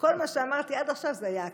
כל מה שאמרתי עד עכשיו זה היה הקדמה.